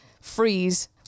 freeze